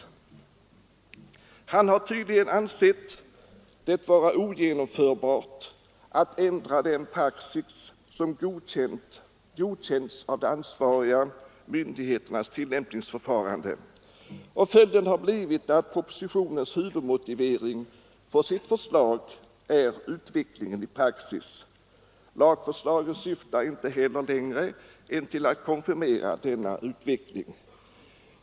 Han har tydligen ansett det vara ogenomförbart att ändra den praxis som godkänts av de ansvariga myndigheternas tillämpningsförfarande, och följden har blivit att huvudmotiveringen för propositionens förslag är utvecklingen i praxis. Lagförslaget syftar inte heller längre än till att konfirmera denna utveckling.